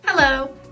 Hello